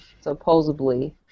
supposedly